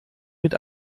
mit